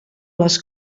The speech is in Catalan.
les